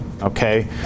okay